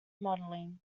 modelling